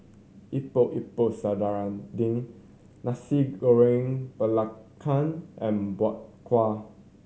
Epok Epok Nasi Goreng Belacan and Bak Kwa